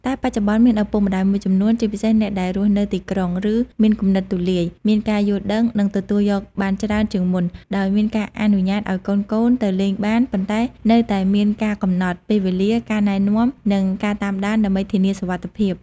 តែបច្ចុប្បន្នមានឪពុកម្តាយមួយចំនួន ជាពិសេសអ្នកដែលរស់នៅទីក្រុង ឬមានគំនិតទូលាយ មានការយល់ដឹង និងទទួលយកបានច្រើនជាងមុន ដោយមានការអនុញ្ញាតឱ្យកូនៗទៅលេងបាន ប៉ុន្តែនៅតែមាន ការកំណត់ ពេលវេលា ការណែនាំ និង ការតាមដាន ដើម្បីធានាសុវត្ថិភាព ។